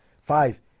Five